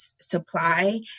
supply